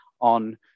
on